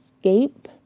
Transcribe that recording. escape